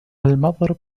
المضرب